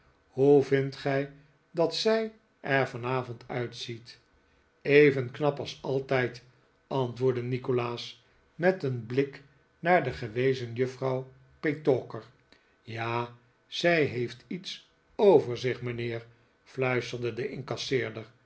hoe vindt gij dat zij er vanavond uitziet ri even knap als altijd antwoordde nikolaas met een blik naar de gewezen juffrouw petowker ja zij heeft iets over zich mijnheer fluisterde de incasseerder